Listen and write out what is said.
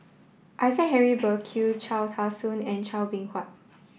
Isaac Henry Burkill Cham Tao Soon and Chua Beng Huat